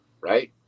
right